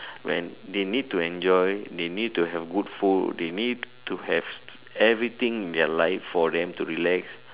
when they need to enjoy they need to have good food they need to have everything in their life for them to relax